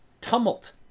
tumult